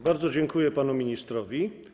Bardzo dziękuję panu ministrowi.